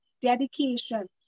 dedication